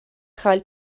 chael